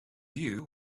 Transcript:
view